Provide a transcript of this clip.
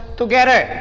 together